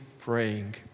praying